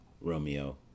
Romeo